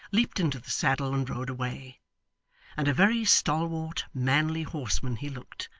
leaped into the saddle and rode away and a very stalwart, manly horseman he looked,